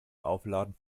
aufladen